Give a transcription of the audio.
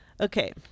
Okay